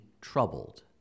troubled